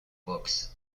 books